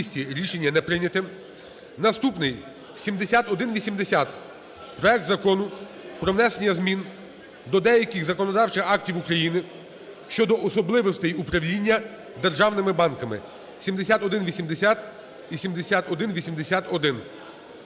Рішення не прийнято. Наступний: 7180. Проект Закону про внесення змін до деяких законодавчих актів України щодо особливостей управління державними банками. 7180 і 7180-1.